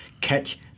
catch